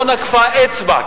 לא נקפה אצבע,